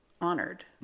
honored